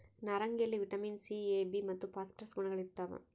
ನಾರಂಗಿಯಲ್ಲಿ vitamin C A B ಮತ್ತು phosphorus ಗುಣಗಳಿರ್ತಾವ